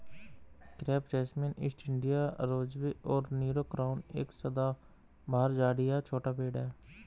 crepe jasmine, East India rosebay और Nero crown एक सदाबहार झाड़ी या छोटा पेड़ है